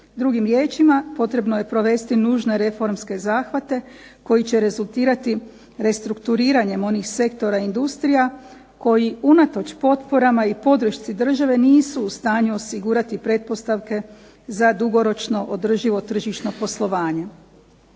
Drugim riječima, potrebno je provesti nužne reformske zahvate koji će rezultirati restrukturiranjem onih sektora industrija koji unatoč potporama i podršci države nisu u stanju osigurati pretpostavke za dugoročno održivo tržišno poslovanje,